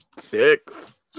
Six